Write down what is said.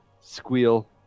Squeal